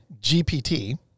gpt